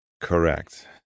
correct